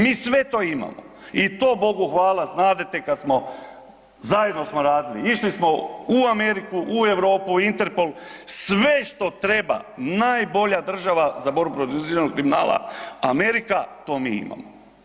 Mi sve to imamo i to Bogu hvala znadete kada smo zajedno smo radili, išli smo u Ameriku u Europu u Interpol sve što treba najbolja država za borbu protiv organiziranog kriminala, Amerika to mi imamo.